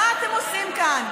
מה אתם עושים כאן?